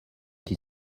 qui